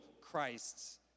Christs